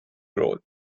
role